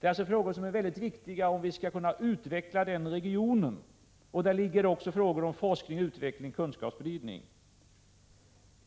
Dessa frågor är mycket viktiga om vi skall kunna utveckla denna region. Till detta hör även frågor om forskning, utveckling och kunskapsspridning.